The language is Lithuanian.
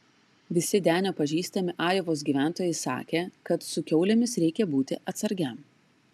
visi denio pažįstami ajovos gyventojai sakė kad su kiaulėmis reikia būti atsargiam